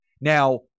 Now